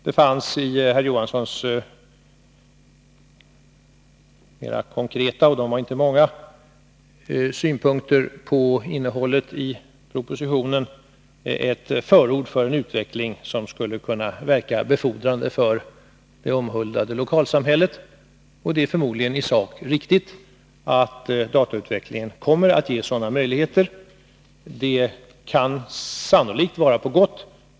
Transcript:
När det gäller herr Johanssons mera konkreta synpunkter — de var inte många — på innehållet i propositionen finns där ett förord för en utveckling som skulle kunna verka befordrande för det omhuldade lokalsamhället. Det är förmodligen i sak riktigt att datautvecklingen kommer att ge sådana möjligheter. Det är sannolikt på gott.